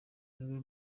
nirwo